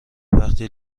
وقی